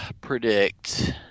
predict